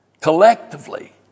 collectively